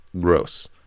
gross